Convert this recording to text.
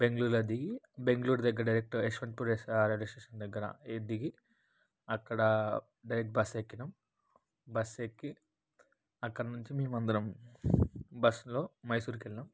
బెంగళూరులో దిగి బెంగళూరు దగ్గర direct Yeshwantpur S R railway station దగ్గర ఈ దిగి అక్కడ డైరెక్ట్ బస్సెక్కినాం బస్సెక్కి అక్కడి నుంచి మేమందరం బస్లో మైసూర్కెళ్ళాం